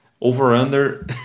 Over-under